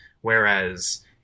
Whereas